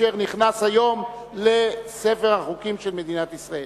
אשר נכנס היום לספר החוקים של מדינת ישראל.